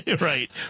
right